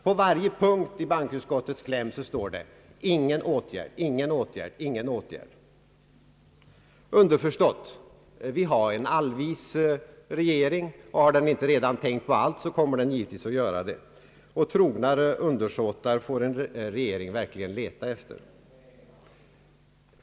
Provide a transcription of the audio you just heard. På varje punkt i bankoutskottets kläm står det: >Ingen åtgärd.> Underförstått är att vi har en allvis regering, och har den inte redan tänkt på allt så kommer den givetvis att göra det. Trognare undersåtar får en regering verkligen leta efter!